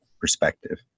perspective